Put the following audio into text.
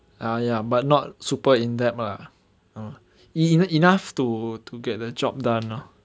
ah ya but not super in depth lah e~ enough to to get the job done lor